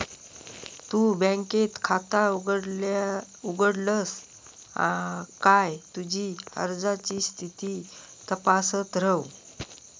तु बँकेत खाता उघडलस काय तुझी अर्जाची स्थिती तपासत रव